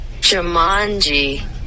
Jumanji